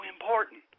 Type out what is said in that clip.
important